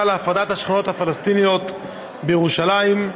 להפרדת השכונות הפלסטיניות בירושלים.